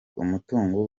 umutungo